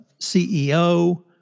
CEO